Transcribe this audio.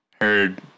heard